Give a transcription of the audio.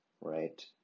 right